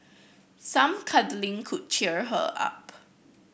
some cuddling could cheer her up